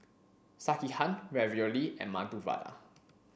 Sekihan Ravioli and Medu Vada